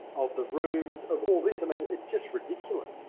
of the rooms, of all ism and it's just ridiculous.